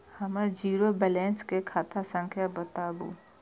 हमर zero balance के खाता संख्या बतबु?